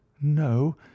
no